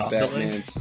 Batman